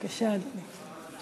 בבקשה, אדוני.